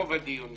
ברוב הדיונים